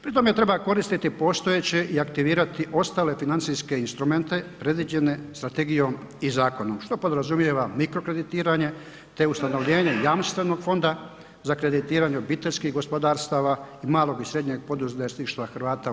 Pri tome treba koristiti postojeće i aktivirati ostale financijske instrumente predviđene strategijom i zakonom što podrazumijeva mikrokreditiranje te ustanovljenje jamstvenom fonda za kreditiranje obiteljskih gospodarstava i malog i srednjeg poduzetništva u BiH.